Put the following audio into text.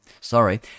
Sorry